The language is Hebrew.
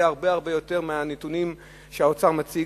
הרבה הרבה יותר מהנתונים שהאוצר מציג,